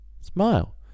Smile